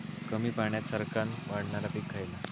कमी पाण्यात सरक्कन वाढणारा पीक खयला?